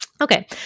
Okay